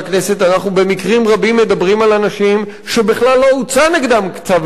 במקרים רבים אנחנו מדברים על אנשים שבכלל לא הוצא נגדם צו גירוש,